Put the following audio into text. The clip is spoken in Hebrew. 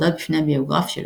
הודה בפני הביוגרף שלו,